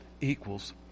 equals